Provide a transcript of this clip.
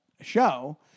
Show